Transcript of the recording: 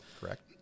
Correct